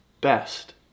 best